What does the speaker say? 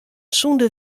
sonder